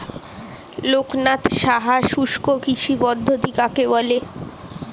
লোকনাথ সাহা শুষ্ককৃষি পদ্ধতি কাকে বলে?